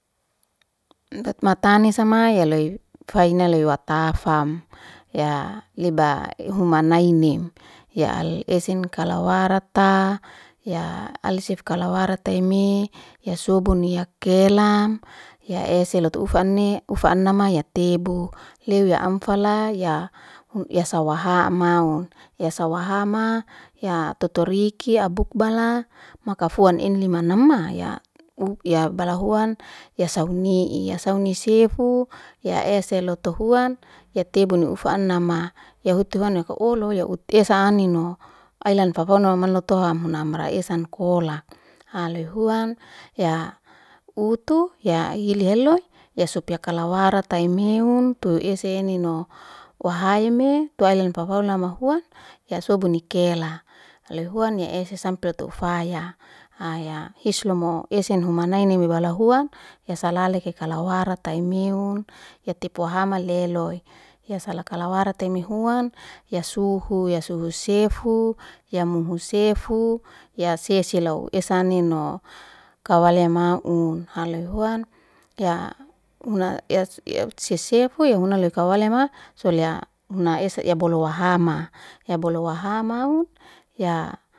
batani samai ya loy fainale matafam ya iba ei humanainim ya hal esen kala warata ya ai sef kala warata ime ya subun ya kelam ya ese lotu ufa anin, ufa anama ya tebu leu ya am fala, ya sawaha maun, sa sawahama ya totoriki abuk abala maka foam inlima nama ya uk ya bala huan ya sauni ya sauni sefu ya ese lotu huan ya tebuni uf anama, ya hute huan ya ukuholo ya ut esa aninni ai lan fafono malato hamra esam kol. Loy huan ya utu ya ily heloy ya sup ya kala warata imeun tu ese enino, wahame tu ailan fau- fau nama huan ya sobuni kela, loy huan ya ese sampe ote ufaya haya islomo esen huma nainime bala huan esa halale kalale warata imeun, etip wahama leloy ya sala jala waratame huan ya suhu, suhu sefu ya muhu sefu ya seselau esa anino kawal ya maun ha loy huan ya huna sesfu ya huna leu kawalema sulya muna esa ha bolu wahama ya hoholu waha maun ya.